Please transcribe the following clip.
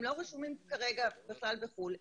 הם לא רשומים כרגע בכלל בחו"ל.